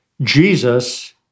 Jesus